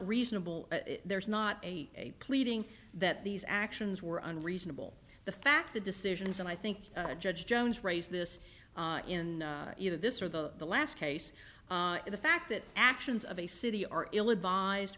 reasonable there's not a pleading that these actions were unreasonable the fact the decisions and i think judge jones raised this in either this or the last case the fact that actions of a city are ill advised